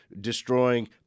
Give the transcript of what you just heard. destroying